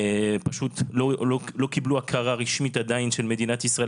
פשוט לא קיבלו עדיין הכרה רשמית של מדינת ישראל,